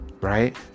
right